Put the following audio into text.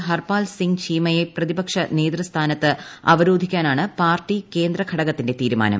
ഹർപാൽ സിങ് ചീമയെ പ്രതിപക്ഷ നേതൃസ്ഥാനത്ത് അവരോധിക്കാനാണ് പാർട്ടി കേന്ദ്ര ഘടകത്തിന്റെ തീരുമാനം